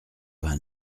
vingt